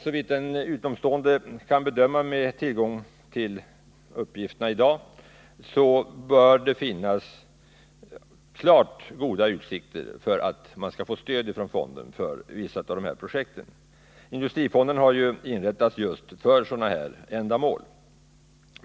Såvitt en utomstående kan bedöma, med tillgång till uppgifterna i dag, bör det finnas klart goda utsikter för att man skall få stöd från fonden för vissa av projekten. Industrifonden har ju inrättats just för sådana ändamål.